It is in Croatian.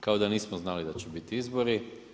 Kao da nismo znali da će biti izbori.